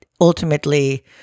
ultimately